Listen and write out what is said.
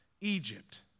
Egypt